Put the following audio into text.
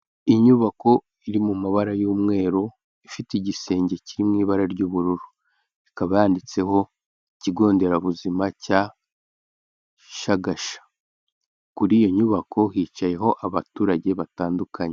Inyubako iri mu mabara y'umweru, ifite igisenge kiri mu ibara ry'ubururu, ikaba yanditseho ikigo nderabuzima cya Shagasha. Kuri iyo nyubako hicayeho abaturage batandukanye.